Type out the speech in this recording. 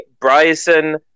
bryson